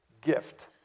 gift